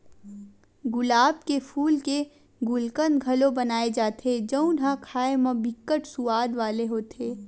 गुलाब के फूल के गुलकंद घलो बनाए जाथे जउन ह खाए म बिकट सुवाद वाला होथे